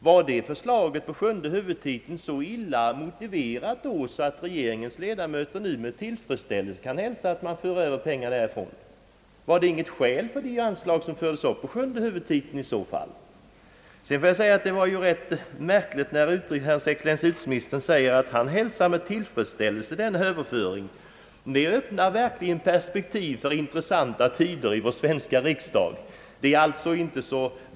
Var förslaget på sjunde huvudtiteln så illa motiverat att regeringens ledamöter nu med tillfredsställelse kan hälsa, att man för över pengar därifrån? Fanns det inget skäl till att anslaget fördes upp på sjunde huvudtiteln i så fall? Det är rätt märkligt när utrikesministern säger, att han med tillfredsställelse hälsar denna överföring. Det öppnar perspektiv för intressanta tider i vår svenska riksdag.